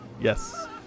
Yes